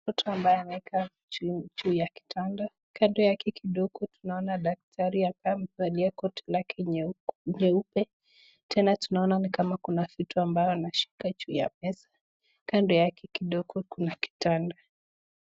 Watu ambao wamekaa juu ya kitanda kando yake kidogo tunaona daktari, ambaye amevalia koti lake nyeupe, tena tunaona ni kama kuna kitu anashika juu ya meza kando yake kidogo kuna kitanda.